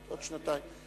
עוד שנתיים.